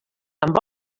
amb